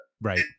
Right